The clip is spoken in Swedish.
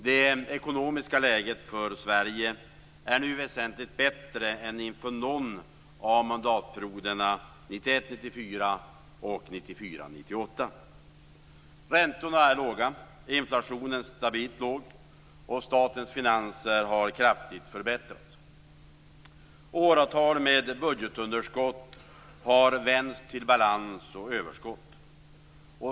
Det ekonomiska läget för Sverige är nu väsentligt bättre än det var inför någon av mandatperioderna 1991-1994 och 1994-1998. Räntorna är låga, inflationen är stabilt låg och statens finanser har kraftigt förbättrats. Åratal med budgetunderskott har vänts till balans och överskott.